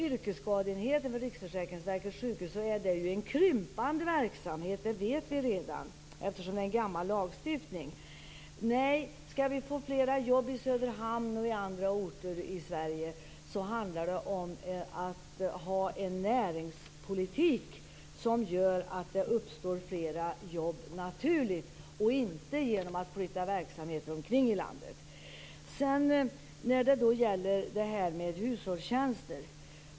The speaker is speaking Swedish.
Yrkesskadeenheten vid Riksförsäkringsverkets sjukhus är en krympande verksamhet. Det beror på att det gäller en gammal lagstiftning. För att få fler jobb i Söderhamn och på andra orter i Sverige gäller det att ha en näringspolitik som gör att det uppstår fler jobb naturligt - inte genom att flytta verksamheter omkring i landet. Sedan var det hushållstjänster.